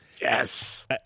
Yes